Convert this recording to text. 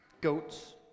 goats